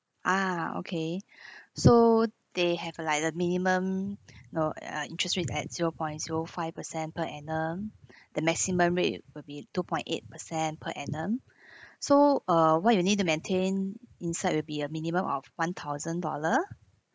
ah okay so they have like the minimum no ah interest rate at zero point zero five percent per annum the maximum rate will be two point eight percent per annum so uh what you need to maintain inside will be a minimum of one thousand dollar